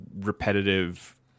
repetitive